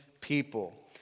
people